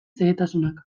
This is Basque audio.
xehetasunak